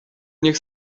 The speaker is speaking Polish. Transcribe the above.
niech